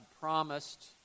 promised